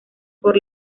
por